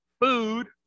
food